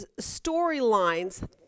storylines